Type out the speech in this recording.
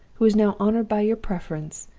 who is now honored by your preference,